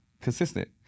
consistent